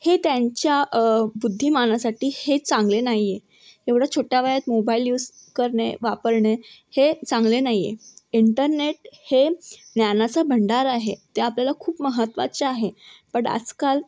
हे त्यांच्या बुद्धिमानासाठी हे चांगले नाही आहे एवढ्या छोट्या वयात मोबाईल युज करणे वापरणे हे चांगले नाही आहे इंटरनेट हे ज्ञानाचा भंडार आहे ते आपल्याला खूप महत्त्वाचे आहे पण आजकाल